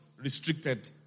restricted